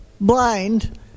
blind